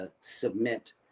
submit